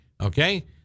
Okay